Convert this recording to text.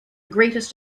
greatest